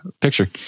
picture